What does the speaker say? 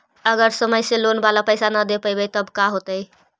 अगर समय से लोन बाला पैसा न दे पईबै तब का होतै?